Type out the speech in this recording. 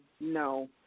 no